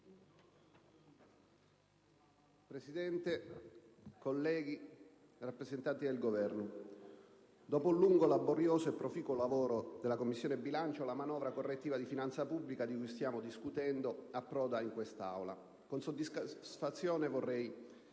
Presidente, colleghi, rappresentanti del Governo, dopo un lungo, laborioso e proficuo lavoro della Commissione bilancio, la manovra correttiva di finanza pubblica di cui stiamo discutendo approda in quest'Aula. Con soddisfazione vorrei